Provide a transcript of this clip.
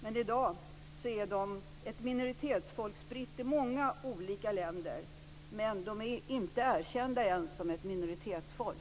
Men i dag är detta folk ett minoritetsfolk som är spritt i många olika länder men ännu inte erkänt som ett minoritetsfolk.